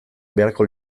beharko